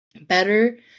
better